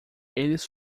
eles